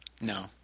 No